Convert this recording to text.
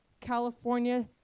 california